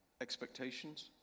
expectations